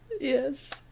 Yes